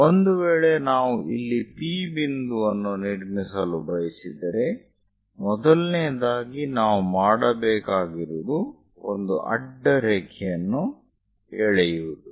ಒಂದು ವೇಳೆ ನಾವು ಇಲ್ಲಿ P ಬಿಂದುವನ್ನು ನಿರ್ಮಿಸಲು ಬಯಸಿದರೆ ಮೊದಲನೆಯದಾಗಿ ನಾವು ಮಾಡಬೇಕಾಗಿರುವುದು ಒಂದು ಅಡ್ಡರೇಖೆಯನ್ನು ಎಳೆಯುವುದು